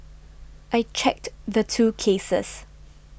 I checked the two cases